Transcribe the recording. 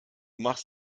machst